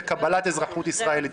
וקבלת אזרחות ישראלית.